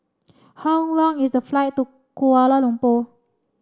how long is the flight to Kuala Lumpur